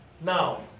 Now